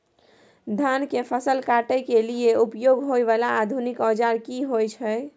धान के फसल काटय के लिए उपयोग होय वाला आधुनिक औजार की होय छै?